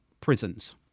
prisons